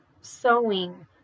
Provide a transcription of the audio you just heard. sewing